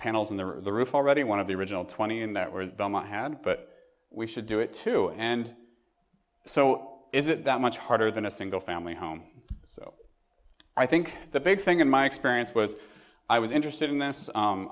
in the roof already one of the original twenty in that were dumb i had but we should do it too and so is it that much harder than a single family home so i think the big thing in my experience was i was interested in this